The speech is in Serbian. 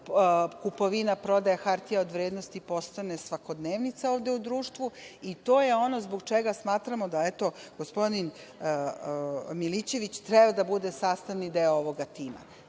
kupovina prodaja hartija od vrednosti postane svakodnevnica ovde u društvu i to je ono zbog čega smatramo da gospodin Milićević treba da bude sastavni deo ovoga tima. Sve